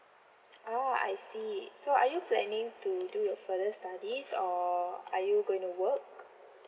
ah I see so are you planning to do your further studies or are you going to work